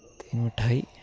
തേൻ മിഠായി